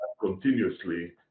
continuously